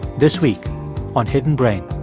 this week on hidden brain